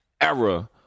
era